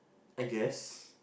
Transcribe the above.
I guess